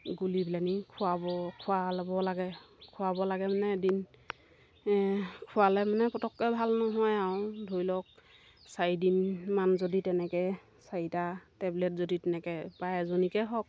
গুলি পেলাইনি খুৱাব খোৱাই ল'ব লাগে খুৱাব লাগে মানে এদিন খোৱালে মানে পটককৈ ভাল নহয় আৰু ধৰি লওক চাৰিদিনমান যদি তেনেকৈ চাৰিটা টেবলেট যদি তেনেকৈ বা এজনীকে হওক